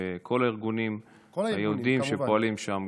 וכל הארגונים היהודיים שפועלים שם,